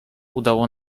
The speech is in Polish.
udało